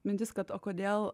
mintis kad o kodėl